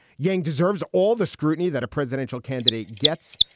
yang deserves all the scrutiny that a presidential candidate gets.